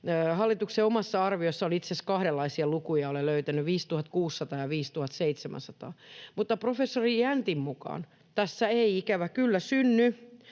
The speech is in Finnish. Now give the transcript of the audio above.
Hallituksen omassa arviossa on itse asiassa kahdenlaisia lukuja. Olen löytänyt 5 600 ja 5 700, mutta professori Jäntin mukaan tässä ei ikävä kyllä synny